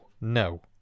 No